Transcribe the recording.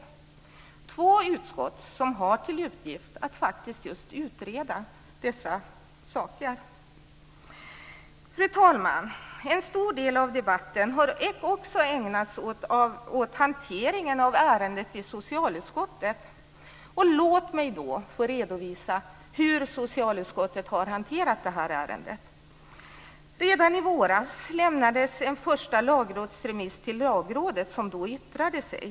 Det är två utskott som har till uppgift att faktiskt utreda dessa saker. Fru talman! En stor del av debatten har också ägnats åt hanteringen av ärendet i socialutskottet. Låt mig då få redovisa hur socialutskottet har hanterat ärendet. Redan i våras lämnades en första lagrådsremiss till Lagrådet som då yttrade sig.